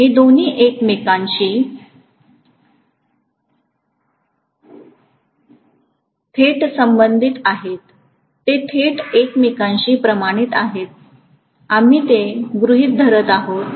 हे दोन्ही एकमेकांशी थेट संबंधित आहेत ते थेट एकमेकांशी प्रमाणित आहेत आम्ही ते गृहित धरत आहोत